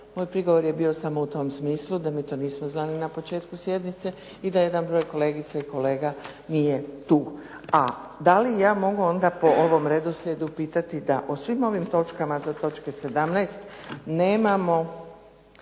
Moj prigovor je bio samo u tom smislu da mi to nismo znali na početku sjednice, i da jedan broj kolegica i kolega nije tu. A da li ja mogu onda po ovom redoslijedu pitati da o svim ovim točkama do točke 17 nemamo